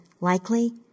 likely